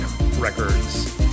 records